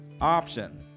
option